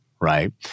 right